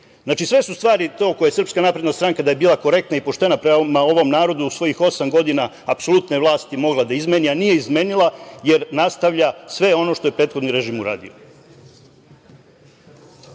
Znači, sve ove stvari da je SNS bila korektna i poštena prema ovom narodu u ovih osam godina apsolutne vlasti mogla da izmeni, a nije izmenila, jer nastavlja sve ono što je prethodni režim uradio.